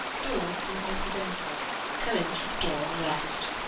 dorn and medviedenko come in through the door on the left,